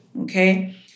Okay